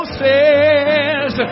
says